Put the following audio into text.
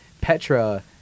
Petra